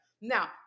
Now